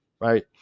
right